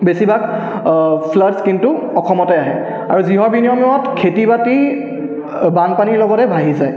বেছিভাগ ফ্লাডছ্ কিন্তু অসমতে আহে আৰু যিহৰ বিনিময়ত খেতি বাতি বানপানীৰ লগতে ভাঁহি যায়